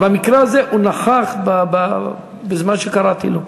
במקרה הזה הוא נכח בזמן שקראתי לו.